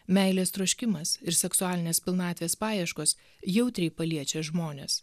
meilės troškimas ir seksualinės pilnatvės paieškos jautriai paliečia žmones